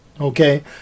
Okay